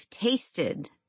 tasted